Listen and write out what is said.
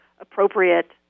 appropriate